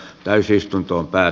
tapahtuu muutos